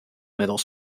middle